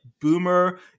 boomer